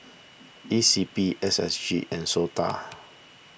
E C P S S G and Sota